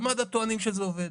ומד"א טוענים שזה עובד.